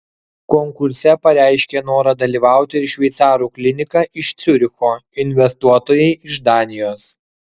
konkurse pareiškė norą dalyvauti ir šveicarų klinika iš ciuricho investuotojai iš danijos